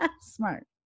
Smart